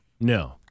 No